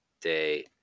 day